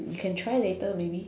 we can try later maybe